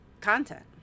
content